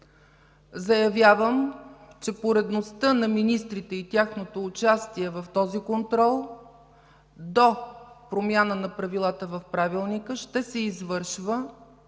Заявявам, че поредността на министрите и тяхното участие в този контрол до промяна на правилата в Правилника ще се извършва